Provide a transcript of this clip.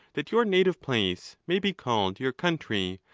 that your native place may be called your country,